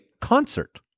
concert